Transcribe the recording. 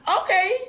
okay